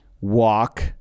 walk